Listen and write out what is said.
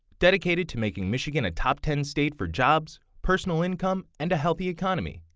dedicated to making michigan a top ten state for jobs, personal income and a heathy economy.